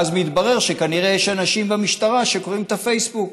ואז מתברר שכנראה יש אנשים במשטרה שקוראים את הפייסבוק.